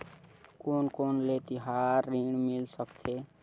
कोन कोन ले तिहार ऋण मिल सकथे?